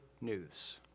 news